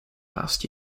last